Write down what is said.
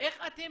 איך אתם